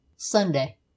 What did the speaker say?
Sunday